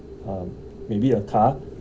um maybe a car